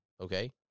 okay